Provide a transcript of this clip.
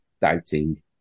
doubting